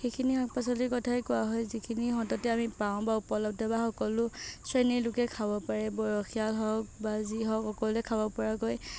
সেইখিনি শাক পাচলিৰ কথায়ে কোৱা হয় যিখিনি সততে আমি পাওঁ বা উপলব্ধ বা সকলো শ্ৰেণীৰ লোকে খাব পাৰে বয়সীয়াল হওক বা যি হওক সকলোৱে খাব পৰাকৈ